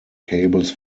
cables